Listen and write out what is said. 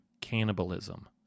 cannibalism